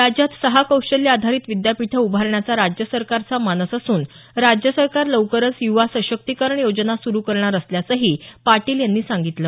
राज्यात सहा कौशल्य आधारित विद्यापीठं उभारण्याचा राज्य सरकारचा मानस असून राज्य सरकार लवकरच युवा सशक्तीकरण योजना सुरू करणार असल्याचंही पाटील यांनी सांगितलं